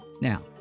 Now